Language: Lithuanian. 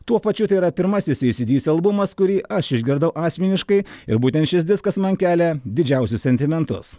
tuo pačiu tėra pirmasis ei sį dį sį albumas kurį aš išgirdau asmeniškai ir būtent šis diskas man kelia didžiausius sentimentus